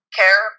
care